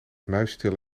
muisstil